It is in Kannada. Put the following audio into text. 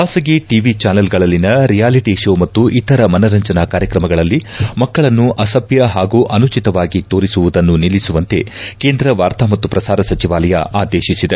ಖಾಸಗಿ ಟಿವಿ ಜಾನೆಲ್ಗಳಲ್ಲಿನ ರಿಯಾಲಿಟಿ ಶೋ ಮತ್ತು ಇತರ ಮನರಂಜನಾ ಕಾರ್ಯಕ್ರಮಗಳಲ್ಲಿ ಮಕ್ಕಳನ್ನು ಅಸಭ್ದ ಹಾಗೂ ಅನುಚಿತವಾಗಿ ತೋರಿಸುವುದನ್ನು ನಿಲ್ಲಿಸುವಂತೆ ಕೇಂದ್ರ ವಾರ್ತಾ ಮತ್ತು ಪ್ರಸಾರ ಸಚಿವಾಲಯ ಆದೇಶಿಸಿದೆ